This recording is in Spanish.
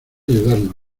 ayudarnos